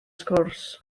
sgwrs